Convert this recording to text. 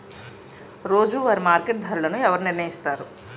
రోజువారి మార్కెట్ ధరలను ఎవరు నిర్ణయిస్తారు?